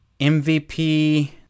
mvp